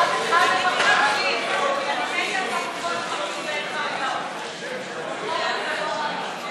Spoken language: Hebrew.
אני מקווה שגמרנו עם החמוצים, אדוני, והכרוב